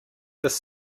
this